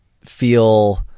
feel